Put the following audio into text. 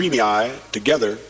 together